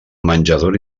menjadora